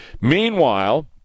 Meanwhile